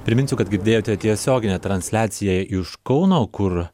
priminsiu kad girdėjote tiesioginę transliaciją iš kauno kur